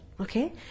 Okay